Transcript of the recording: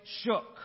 shook